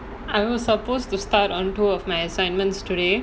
I was supposed to start on two of my assignments today